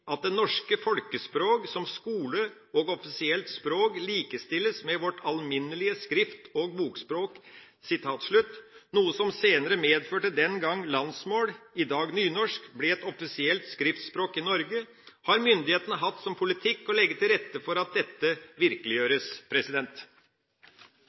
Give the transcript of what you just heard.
at det norske Folkesprog som Skole- og officielt Sprog sidestilles med vort almindelige Skrift- og Bogsprog», noe som senere medførte at siden landsmål, i dag nynorsk, ble et offisielt skriftspråk i Norge, har myndighetene hatt som politikk å legge til rette for at dette